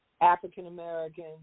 African-American